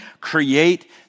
create